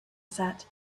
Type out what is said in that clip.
said